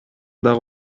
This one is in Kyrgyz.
дагы